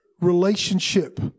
relationship